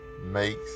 makes